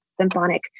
symphonic